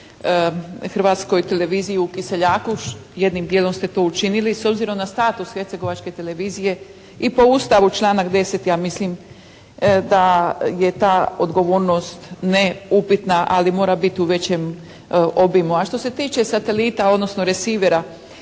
Hrvatskoj televiziji u Kiseljaku, jednim dijelom ste to učinili s obzirom na status hercegovačke televizije i po Ustavu članak 10. ja mislim da je ta odgovornost neupitna ali mora biti u većem obimu. A što se tiče satelita, odnosno resivera